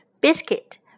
biscuit